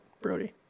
Brody